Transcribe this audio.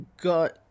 got